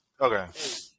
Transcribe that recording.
Okay